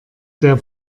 der